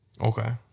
Okay